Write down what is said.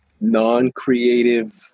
non-creative